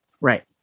right